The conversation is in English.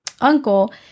uncle